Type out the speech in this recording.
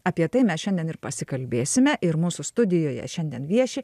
apie tai mes šiandien ir pasikalbėsime ir mūsų studijoje šiandien vieši